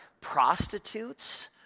prostitutes